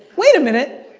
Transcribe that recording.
wait a minute!